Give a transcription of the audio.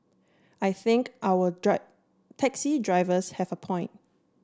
I think our taxi drivers have a point